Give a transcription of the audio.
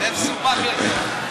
זה כבר מסובך יותר.